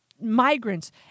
migrants